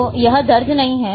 तो यह दर्ज नहीं है